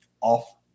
Off